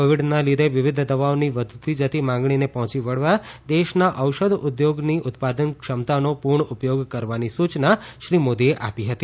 કોવિડના લીધે વિવિધ દવાઓની વધતી જતી માગણીને પહોંચી વળવા દેશના ઔષધ ઉદ્યોગની ઉત્પાદન ક્ષમતાનો પૂર્ણ ઉપયોગ કરવાની સૂચના શ્રી મોદીએ આપી હતી